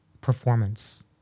performance